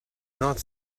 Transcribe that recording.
not